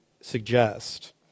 suggest